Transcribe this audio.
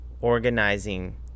organizing